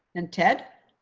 and ted?